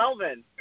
Melvin